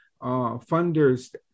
funders